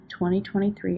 2023